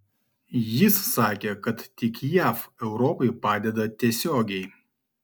jis sakė kad tik jav europai padeda tiesiogiai